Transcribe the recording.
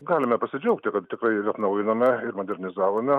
galime pasidžiaugti kad tikrai atnaujinome ir modernizavome